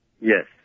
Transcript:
Yes